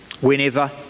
whenever